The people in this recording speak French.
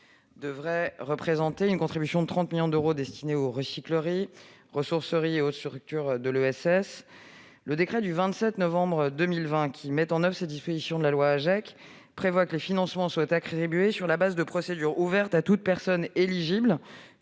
devrait représenter une enveloppe de 30 millions d'euros à destination des recycleries, ressourceries et autres structures de l'ESS. Le décret du 27 novembre 2020 qui met en oeuvre ces dispositions de la loi AGEC prévoit une attribution des financements sur la base de procédures ouvertes à toute personne éligible